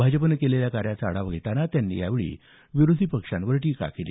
भाजपनं केलेल्या कार्याचा आढावा घेताना त्यांनी यावेळी विरोधी पक्षांवर टीका केली